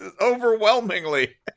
Overwhelmingly